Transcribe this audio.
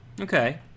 Okay